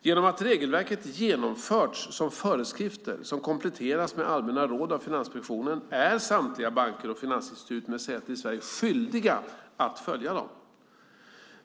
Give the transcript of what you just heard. Genom att regelverket genomförts som föreskrifter som kompletterats med allmänna råd av Finansinspektionen är samtliga banker och finansinstitut med säte i Sverige skyldiga att följa dem.